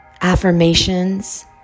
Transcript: affirmations